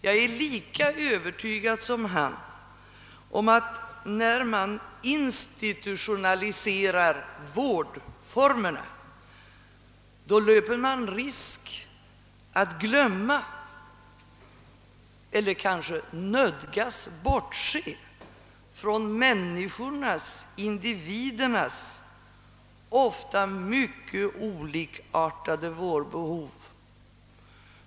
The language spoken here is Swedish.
Jag är lika övertygad som han om att man, när man institu tionaliserar vårdformerna, löper risk att glömma eller kanske nödgas bortse från människornas, individernas ofta mycket olikartade vårdbehov.